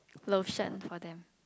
lotion for them